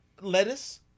lettuce